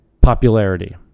popularity